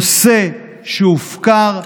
נושא שהופקר,